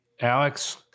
Alex